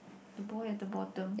the boy at the bottom